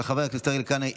של חבר הכנסת אריאל קלנר,